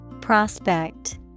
Prospect